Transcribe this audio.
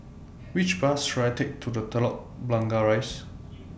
Which Bus should I Take to The Telok Blangah Rise